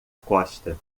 costa